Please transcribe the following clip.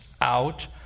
out